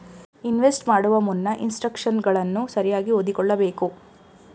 invest ಮಾಡುವ ಮುನ್ನ ಇನ್ಸ್ಟ್ರಕ್ಷನ್ಗಳನ್ನು ಸರಿಯಾಗಿ ಓದಿಕೊಳ್ಳಬೇಕು